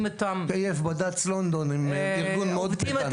איתם --- KF בד"צ לונדון הם ארגון מאוד פדנט.